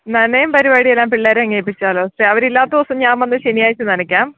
നനയും പരിപാടിയും എല്ലാം പിള്ളേരെ അങ്ങ് ഏൽപ്പിച്ചാലോ സിസ്റ്ററെ പക്ഷെ അവരില്ലാത്ത ദിവസം ഞാൻ വന്ന് ശനിയാഴ്ച നനയ്ക്കാം